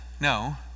no